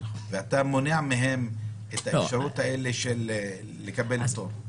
ואתה מונע מהם את האפשרות לקבל פטור.